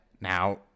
Now